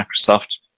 microsoft